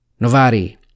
Novari